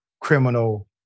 criminal